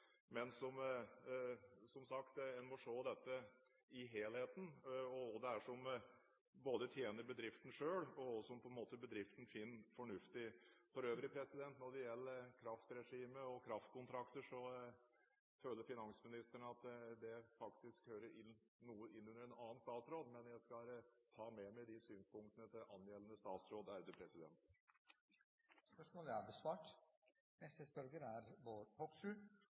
Men, som sagt, en må se dette i en helhet, både hva som tjener bedriften selv, og hva bedriften finner fornuftig. Når det for øvrig gjelder kraftregimet og kraftkontrakter, føler finansministeren at det faktisk hører noe innunder en annen statsråd, men jeg skal ta med meg de synspunktene til angjeldende statsråd.